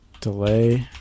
delay